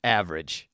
average